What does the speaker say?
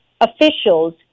officials